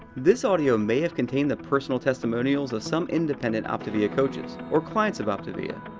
this audio may have contained the personal testimonials of some independent optavia coaches or clients of optavia.